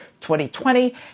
2020